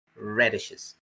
radishes